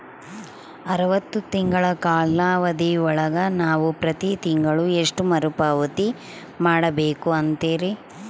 ಅರವತ್ತು ತಿಂಗಳ ಕಾಲಾವಧಿ ಒಳಗ ನಾವು ಪ್ರತಿ ತಿಂಗಳು ಎಷ್ಟು ಮರುಪಾವತಿ ಮಾಡಬೇಕು ಅಂತೇರಿ?